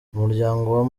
umuryango